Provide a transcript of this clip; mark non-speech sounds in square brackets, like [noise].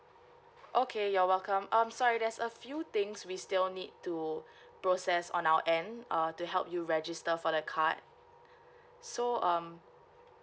okay you're welcome um sorry there's a few things we still need to [breath] process on our end uh to help you register for the card so um